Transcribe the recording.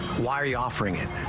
why you offering it?